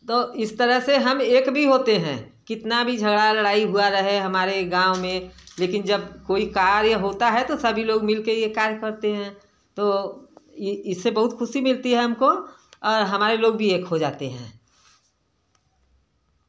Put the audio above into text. तो इस तरह से हम एक भी होते हैं कितना भी झगड़ा लड़ाई हुआ रहे हमारे गाँव में लेकिन जब कोई कार्य होता है तो सभी लोग मिल के यह कार्य करते हैं तो इससे बहुत खुशी मिलती है हमको और हमारे लोग भी एक हो जाते हैं